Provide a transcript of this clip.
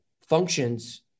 functions